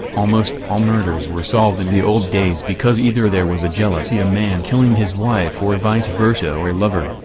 almost all murders were solved in the old days because either there was a jealousy a man killing his wife or vice-versa or a lover,